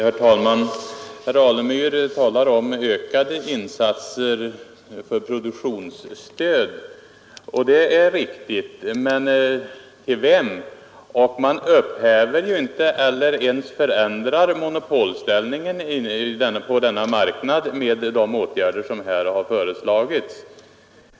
Herr talman! Herr Alemyr talar om ökade insatser för produktionsstöd, och det är riktigt, men till vem? Man upphäver ju inte eller ens förändrar monopolställningen på denna marknad med de åtgärder som här har föreslagits.